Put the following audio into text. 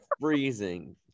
freezing